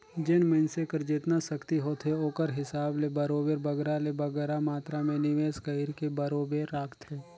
जेन मइनसे कर जेतना सक्ति होथे ओकर हिसाब ले बरोबेर बगरा ले बगरा मातरा में निवेस कइरके बरोबेर राखथे